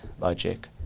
logic